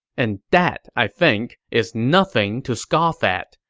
and that, i think, is nothing to scoff at.